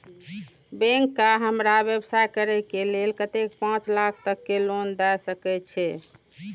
Bank का हमरा व्यवसाय करें के लेल कतेक पाँच लाख तक के लोन दाय सके छे?